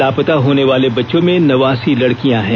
लापता होने वाले बच्चों में नवासी लड़कियां हैं